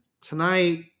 tonight